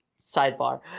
Sidebar